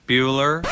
Bueller